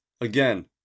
again